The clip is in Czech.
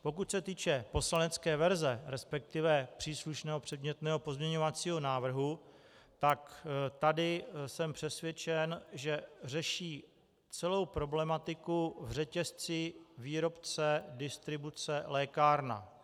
Pokud se týče poslanecké verze, respektive příslušného pozměňovacího návrhu, tak tady jsem přesvědčen, že řeší celou problematiku v řetězci výrobce distribuce lékárna.